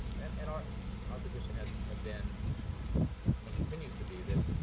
and and our our position has has been and continues to be that